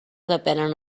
depenen